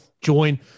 Join